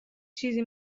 چیزی